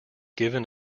given